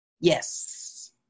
Yes